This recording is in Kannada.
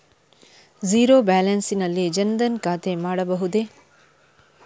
ಝೀರೋ ಬ್ಯಾಲೆನ್ಸ್ ನಲ್ಲಿ ಜನ್ ಧನ್ ಖಾತೆ ಮಾಡಬಹುದೇ?